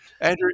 Andrew